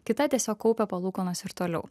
kita tiesiog kaupia palūkanas ir toliau